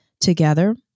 together